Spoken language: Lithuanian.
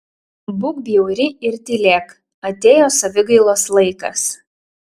būk bjauri ir tylėk atėjo savigailos laikas